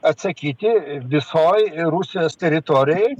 atsakyti visoj rusijos teritorijoj